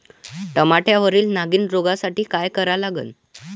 टमाट्यावरील नागीण रोगसाठी काय करा लागन?